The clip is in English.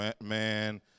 man